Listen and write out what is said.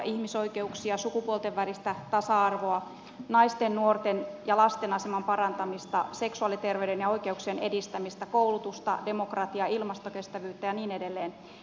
ihmisoikeuksia sukupuolten välistä tasa arvoa naisten nuorten ja lasten aseman parantamista seksuaaliterveyden ja oikeuksien edistämistä koulutusta demokratiaa ilmastokestävyyttä ja niin edelleen